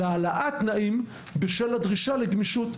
אלא העלאת תנאים בשל הדרישה לגמישות.